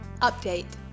Update